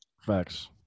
Facts